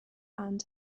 and